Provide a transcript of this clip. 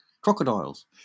crocodiles